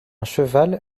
cheval